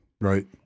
right